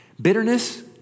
Bitterness